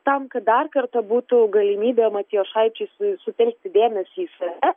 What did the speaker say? tam kad dar kartą būtų galimybė matijošaičiui su sutelkti dėmesį į save